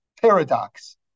paradox